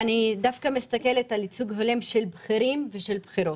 אני מדברת על ייצוג הולם דווקא של בכירים ושל בכירות.